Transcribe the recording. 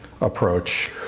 approach